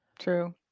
True